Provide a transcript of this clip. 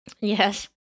Yes